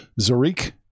Zurich